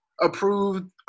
approved